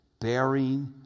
Bearing